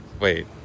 wait